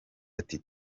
ati